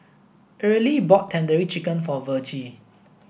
Arely bought Tandoori Chicken for Vergie